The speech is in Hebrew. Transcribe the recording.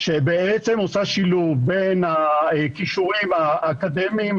שבעצם עושה שילוב בין הכישורים האקדמיים,